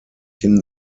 hin